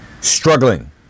Struggling